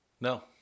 no